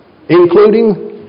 including